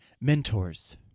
mentors